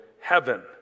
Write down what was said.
heaven